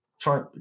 try